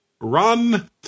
Run